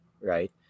right